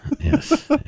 Yes